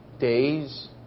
Days